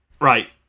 right